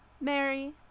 Mary